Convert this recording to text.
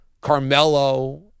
Carmelo